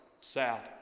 sad